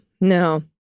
no